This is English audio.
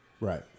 Right